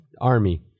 Army